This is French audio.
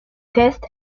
tests